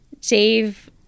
Dave